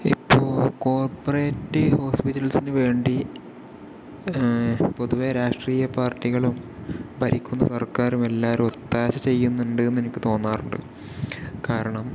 ഇപ്പോൾ കോർപ്പറേറ്റ് ഹോസ്പിറ്റൽസിന് വേണ്ടി പൊതുവേ രാഷ്ട്രീയ പാർട്ടികളും ഭരിക്കുന്ന സർക്കാരും എല്ലാരും ഒത്താശ ചെയ്യുന്നുണ്ട് എന്ന് എനിക്ക് തോന്നാറുണ്ട് കാരണം